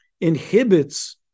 inhibits